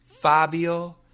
Fabio